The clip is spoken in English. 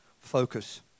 Focus